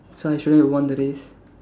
so I shouldn't have won the race